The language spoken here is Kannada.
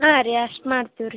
ಹಾಂ ರೀ ಅಷ್ಟು ಮಾಡ್ತೀವ್ರಿ